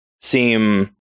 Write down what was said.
seem